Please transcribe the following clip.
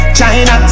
China